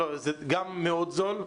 זה גם מאוד זול.